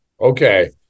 Okay